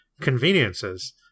conveniences